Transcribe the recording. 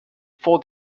for